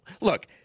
Look